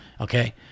okay